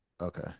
Okay